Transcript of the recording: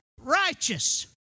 righteous